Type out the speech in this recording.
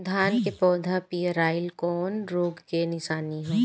धान के पौधा पियराईल कौन रोग के निशानि ह?